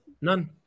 None